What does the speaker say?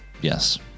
yes